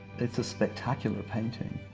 it's a spectacular painting.